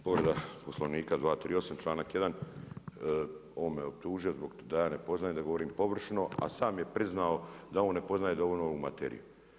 Povreda Poslovnika 238. članak 1. on me optužio da ja ne poznajem, da ja govorim površno, a sam je priznao da on ne poznaje dovoljno ovu materiju.